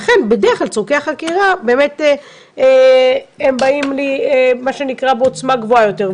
לכן בדרך כלל צרכי החקירה באים בעוצמה גבוהה יותר.